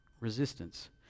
resistance